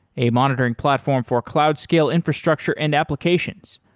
a monitoring platform for cloud scale infrastructure and applications.